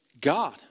God